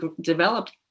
developed